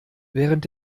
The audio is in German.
während